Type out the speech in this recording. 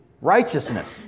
righteousness